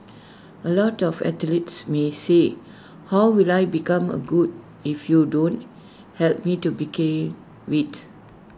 A lot of athletes may say how will I become A good if you don't help me to begin with